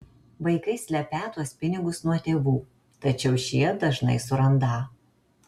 vaikai slepią tuos pinigus nuo tėvų tačiau šie dažnai surandą